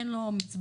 אין לו מצבורים,